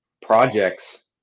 projects